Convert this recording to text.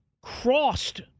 crossed